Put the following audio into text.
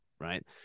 right